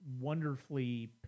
wonderfully